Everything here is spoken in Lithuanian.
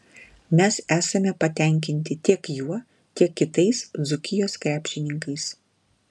mes esame patenkinti tiek juo tiek kitais dzūkijos krepšininkais